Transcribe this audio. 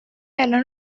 الان